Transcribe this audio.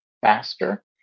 faster